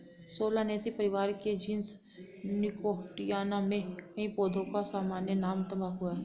Solanaceae परिवार के genus Nicotiana में कई पौधों का सामान्य नाम तंबाकू है